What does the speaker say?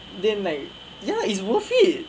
then like ya is worth it